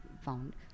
found